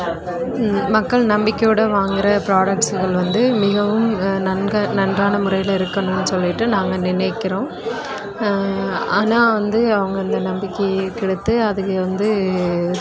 மக்கள் நம்பிக்கையோடு வாங்கற ப்ராடக்ட்சுகள் வந்து மிகவும் நன்க நன்றான முறையில் இருக்கணும் சொல்லிட்டு நாங்கள் நினைக்கிறோம் ஆனால் வந்து அவங்க இந்த நம்பிக்கையைக் கெடுத்து அதில் வந்து